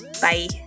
Bye